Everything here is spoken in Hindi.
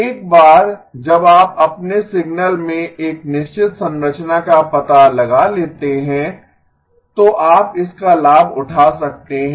एक बार जब आप अपने सिग्नल में एक निश्चित संरचना का पता लगा लेते हैं तो आप इसका लाभ उठा सकते हैं